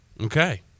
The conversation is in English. Okay